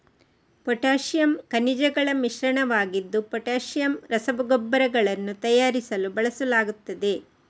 potassium ಖನಿಜಗಳ ಮಿಶ್ರಣವಾಗಿದ್ದು potassium ರಸಗೊಬ್ಬರಗಳನ್ನು ತಯಾರಿಸಲು ಬಳಸಲಾಗುತ್ತದೆ